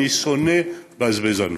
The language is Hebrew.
אני שונא בזבזנות.